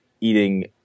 eating